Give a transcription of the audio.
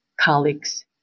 colleagues